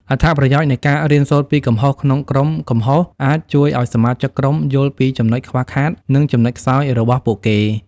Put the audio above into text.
អត្ថប្រយោជន៍នៃការរៀនសូត្រពីកំហុសក្នុងក្រុមកំហុសអាចជួយឲ្យសមាជិកក្រុមយល់ពីចំណុចខ្វះខាត និងចំណុចខ្សោយរបស់ពួកគេ។